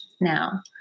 now